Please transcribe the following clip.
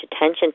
attention